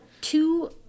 two